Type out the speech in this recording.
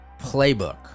playbook